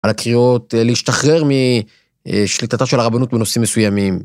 על הקריאות, להשתחרר משליטתה של הרבנות בנושאים מסוימים.